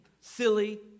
silly